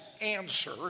answer